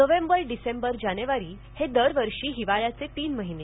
November December जानेवारी हे दरवर्षी हिवाळ्याचे तीन महिने